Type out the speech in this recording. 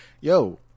Yo